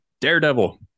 daredevil